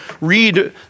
read